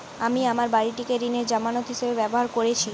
আমি আমার বাড়িটিকে ঋণের জামানত হিসাবে ব্যবহার করেছি